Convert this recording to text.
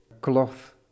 cloth